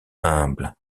humbles